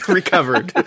Recovered